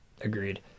agreed